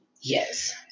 Yes